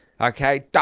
Okay